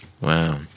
Wow